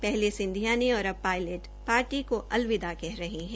पहले सिंधियां ने और अब पायलट पार्टी को अलविदा कर रहे है